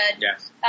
Yes